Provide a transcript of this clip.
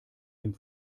dem